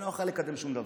אני לא אוכל לקדם שום דבר,